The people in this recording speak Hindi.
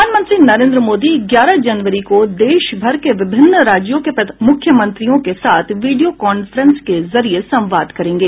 प्रधानमंत्री नरेन्द्र मोदी ग्यारह जनवरी को देशभर के विभिन्न राज्यों के मूख्यमंत्रियों के साथ वीडियो कांफ्रेंस के जरिये संवाद करेंगे